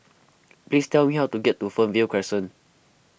please tell me how to get to Fernvale Crescent